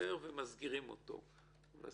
מסתדר ומסגירים אותו, אז